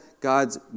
God's